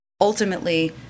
Ultimately